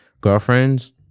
girlfriends